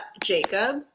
Jacob